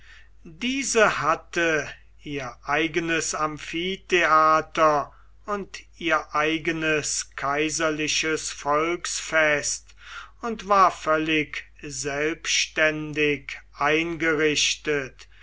diese hatte ihr eigenes amphitheater und ihr eigenes kaiserliches volksfest und war völlig selbständig eingerichtet